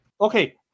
Okay